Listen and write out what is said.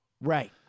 Right